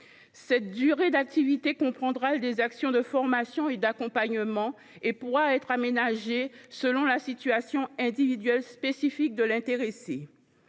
Cette durée d’activité comprendra des actions de formation et d’accompagnement et pourra être aménagée selon la situation individuelle spécifique de l’intéressé.